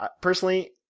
personally